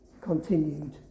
continued